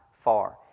far